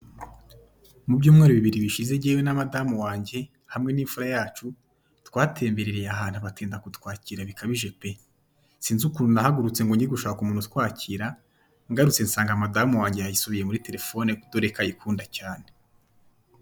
Mu byumweru bibiri bishize ngewe na madamu wange hamwe n'imfura yacu twatembereye ahantu batinda kutwakira bikabije pe! sinsi ukuntu nahagurutse ngo nje gushaka umumtu utwakira ngarutse, nsanga madamu yarangariye muri telefone dore ko ayikunda cyane.